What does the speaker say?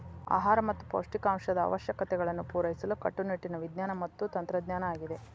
ಆಹಾರ ಮತ್ತ ಪೌಷ್ಟಿಕಾಂಶದ ಅವಶ್ಯಕತೆಗಳನ್ನು ಪೂರೈಸಲು ಕಟ್ಟುನಿಟ್ಟಿನ ವಿಜ್ಞಾನ ಮತ್ತ ತಂತ್ರಜ್ಞಾನ ಆಗಿದೆ